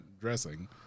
dressing